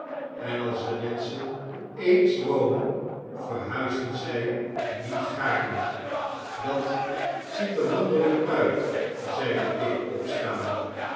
en als de menschen eens wonen verhuizen zij niet gaarne dat ziet er wonderlijk uit zeide dick opstaande